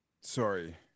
Sorry